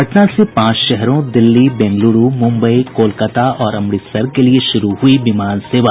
पटना से पांच शहरों दिल्ली बेंगलुरू मुम्बई कोलकाता और अमृतसर के लिए शुरू हुई विमान सेवा